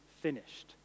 finished